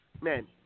men